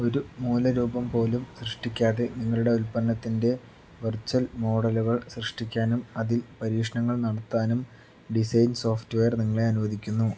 ഒരു മൂല രൂപം പോലും സൃഷ്ടിക്കാതെ നിങ്ങളുടെ ഉൽപ്പന്നത്തിൻ്റെ വിർച്വൽ മോഡലുകൾ സൃഷ്ടിക്കാനും അതിൽ പരീക്ഷണങ്ങൾ നടത്താനും ഡിസൈൻ സോഫ്റ്റ്വെയർ നിങ്ങളെ അനുവദിക്കുന്നു